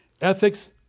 ethics